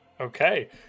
Okay